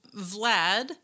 Vlad